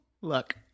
look